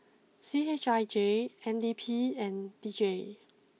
C H I J N D P and D J